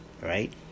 right